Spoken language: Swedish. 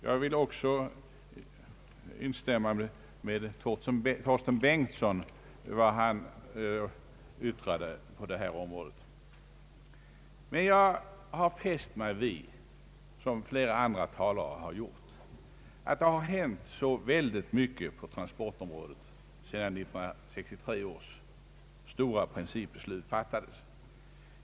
Jag vill också instämma med herr Torsten Bengtson i vad han yttrade i denna fråga. Men jag har liksom han och flera andra talare fäst mig vid att det hänt så mycket på transportområdet sedan 1963 års stora principbeslut fattades.